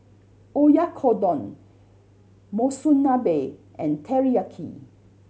Oyakodon Monsunabe and Teriyaki